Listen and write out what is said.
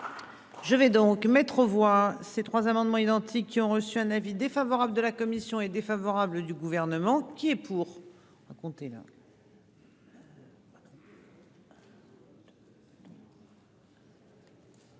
Je vais donc mettre aux voix, ces trois amendements identiques qui ont reçu un avis défavorable de la commission est défavorable du gouvernement qui est pour